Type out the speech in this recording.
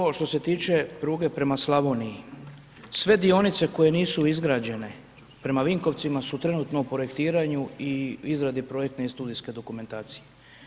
Ovako, prvo što se tiče pruge prema Slavoniji. sve dionice koje nisu izgrađene prema Vinkovcima su trenutno u projektiranju i izradu projektne i studijske dokumentacije.